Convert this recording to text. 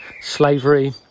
slavery